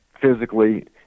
physically